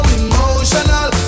emotional